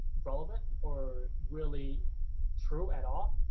relevant or really true at all.